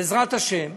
בעזרת השם,